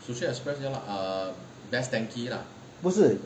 不是